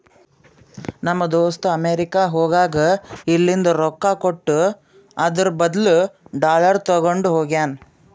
ನಮ್ ದೋಸ್ತ ಅಮೆರಿಕಾ ಹೋಗಾಗ್ ಇಲ್ಲಿಂದ್ ರೊಕ್ಕಾ ಕೊಟ್ಟು ಅದುರ್ ಬದ್ಲು ಡಾಲರ್ ತಗೊಂಡ್ ಹೋಗ್ಯಾನ್